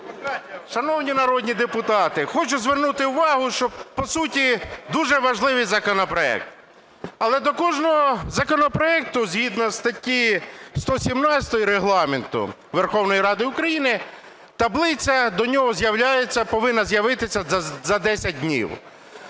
Шановні народні депутати, хочу звернути увагу, що по суті дуже важливий законопроект. Але до кожного законопроекту згідно статті 117 Регламенту Верховної Ради України, таблиця до нього повинна з'явитися за 10 днів.